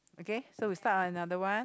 okay so we start on another one